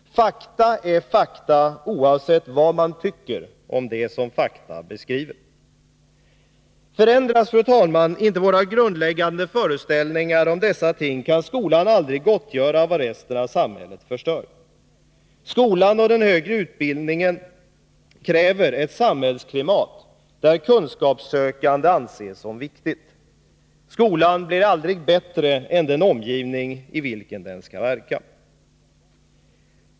Fakta är fakta oavsett vad man tycker om det som fakta beskriver. Förändras, fru talman, inte våra grundläggande föreställningar om dessa ting, kan skolan aldrig gottgöra vad resten av samhället förstör. Skolan och den högre utbildningen kräver ett samhällsklimat, där kunskapssökande anses som viktigt. Skolan blir aldrig bättre än den omgivning vilken den skall verka.